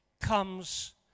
comes